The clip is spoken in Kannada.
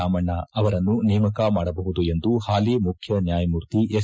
ರಾಮಣ್ಣ ಅವರನ್ನು ನೇಮಕ ಮಾಡಬಹುದು ಎಂದು ಪಾಲಿ ಮುಖ್ಯ ನ್ಯಾಯಮೂರ್ತಿ ಎಸ್